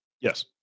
Yes